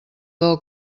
del